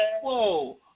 whoa